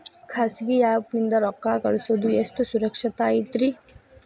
ಖಾಸಗಿ ಆ್ಯಪ್ ನಿಂದ ರೊಕ್ಕ ಕಳ್ಸೋದು ಎಷ್ಟ ಸುರಕ್ಷತಾ ಐತ್ರಿ?